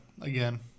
again